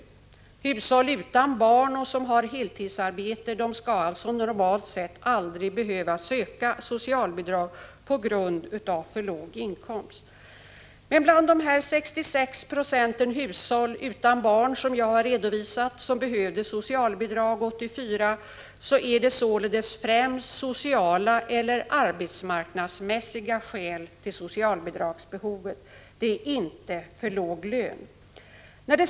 De heltidsarbetande i hushåll utan barn skall normalt sett aldrig behöva söka socialbidrag på grund av för låg inkomst. Men bland de 66 96 av hushållen utan barn som jag har redovisat behövde socialbidrag 1984, var skälen till socialbidragsbehovet främst sociala eller arbetsmarknadsmässiga. Skälet var inte för låg lön.